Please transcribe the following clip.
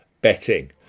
betting